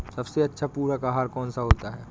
सबसे अच्छा पूरक आहार कौन सा होता है?